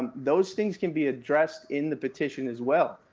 and those things can be addressed in the petition as well.